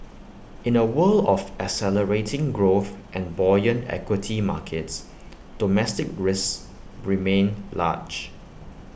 in A world of accelerating growth and buoyant equity markets domestic risks remain large